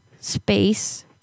space